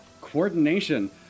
Coordination